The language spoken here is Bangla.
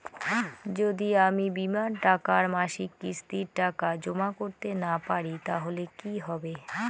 যদি আমি বীমার মাসিক কিস্তির টাকা জমা করতে না পারি তাহলে কি হবে?